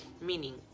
meaning